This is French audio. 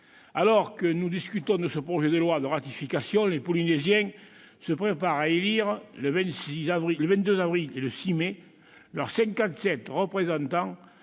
Alors que nous discutons de ce projet de loi de ratification, les Polynésiens se préparent à élire, les 22 avril et 6 mai prochains,